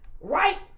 right